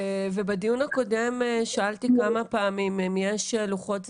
ובדיון הקודם שאלתי כמה פעמים אם יש לוחות זמנים,